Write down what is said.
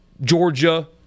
Georgia